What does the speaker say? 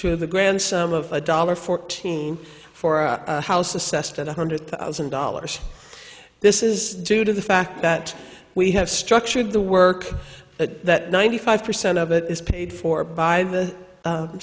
to the grand sum of a dollar fourteen for a house assessed at one hundred thousand dollars this is due to the fact that we have structured the work that ninety five percent of it is paid for by the